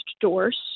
doors